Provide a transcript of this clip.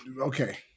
okay